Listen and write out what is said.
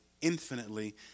infinitely